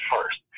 first